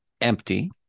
empty